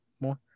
more